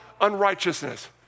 unrighteousness